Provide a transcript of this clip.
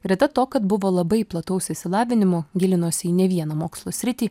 greta to kad buvo labai plataus išsilavinimo gilinosi į ne vieną mokslų sritį